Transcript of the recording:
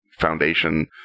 foundation